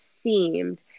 seemed